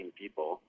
people